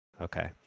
Okay